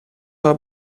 haar